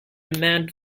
demand